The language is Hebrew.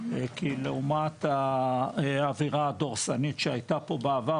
לעומת האווירה הדורסנית שהייתה פה בעבר